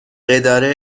اداره